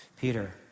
Peter